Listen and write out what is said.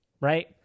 right